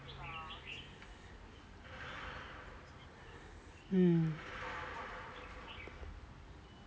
mm